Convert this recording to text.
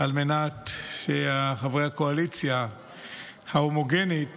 על מנת שחברי הקואליציה ההומוגנית,